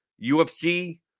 UFC